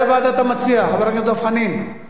חבר הכנסת דב חנין, איזו ועדה אתה מציע?